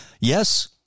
yes